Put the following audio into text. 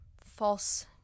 false